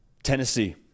Tennessee